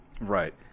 Right